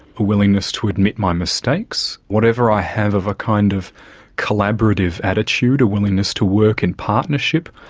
a willingness to admit my mistakes, whatever i have of a kind of collaborative attitude, a willingness to work in partnership,